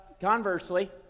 Conversely